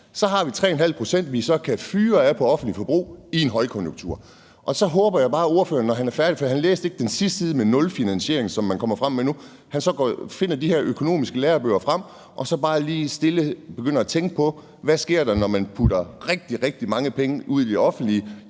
har vi 3½ pct., vi så kan fyre af på offentligt forbrug i en højkonjunktur. Så håber jeg bare, at ordføreren, når han er færdig – for han læste ikke den sidste side med nul finansiering, som man kommer frem med nu – så finder de her økonomiske lærebøger frem og bare lige så stille begynder at tænke på, hvad der sker, når man putter rigtig, rigtig mange penge ud i det offentlige,